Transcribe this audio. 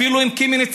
אפילו עם קמיניץ,